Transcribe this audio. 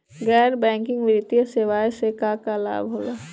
गैर बैंकिंग वित्तीय सेवाएं से का का लाभ होला?